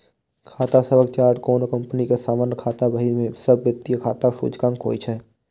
खाता सभक चार्ट कोनो कंपनी के सामान्य खाता बही मे सब वित्तीय खाताक सूचकांक होइ छै